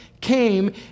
came